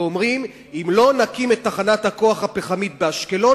ואומרים: אם לא נקים את תחנת הכוח הפחמית באשקלון